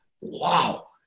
Wow